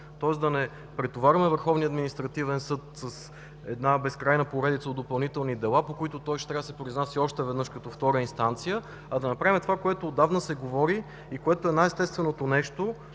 административен съд с една безкрайна поредица от допълнителни дела, по които ще трябва да се произнася още веднъж като втора инстанция, а да направим това, което отдавна се говори и което е най-естественото нещо